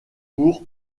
pour